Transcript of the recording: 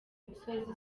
gusoza